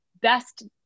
best